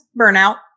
burnout